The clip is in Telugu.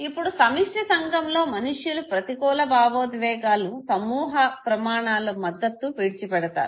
ఇప్పుడు సమిష్టి సంఘంలో మనుష్యులు ప్రతికూల భావోద్వేగాలు సమూహ ప్రమాణాలు మద్దత్తు విడిచిపెడతారు